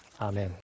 Amen